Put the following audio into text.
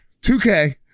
2K